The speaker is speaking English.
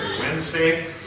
Wednesday